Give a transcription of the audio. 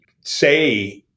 say